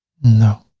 no.